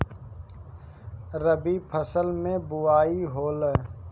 रबी फसल मे बोआई होला?